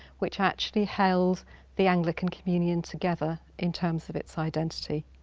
which actually held the anglican communion together in terms of its identity.